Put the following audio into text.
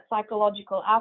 psychological